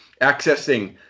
accessing